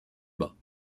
bas